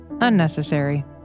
Unnecessary